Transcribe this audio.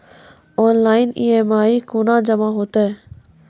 Online EMI कूना जमा हेतु छै?